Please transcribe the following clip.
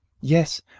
yes,